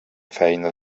feina